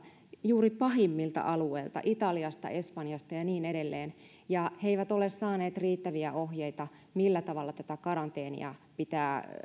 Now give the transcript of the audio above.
juuri pahimmilta alueilta italiasta espanjasta ja niin edelleen ja he eivät ole saaneet riittäviä ohjeita millä tavalla tätä karanteenia pitää